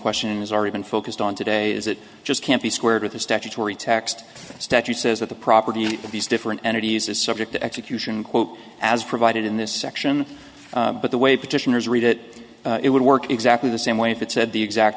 question has already been focused on today is it just can't be squared with the statutory text statute says that the property of these different entities is subject to execution quote as provided in this section but the way petitioners read it it would work exactly the same way if it said the exact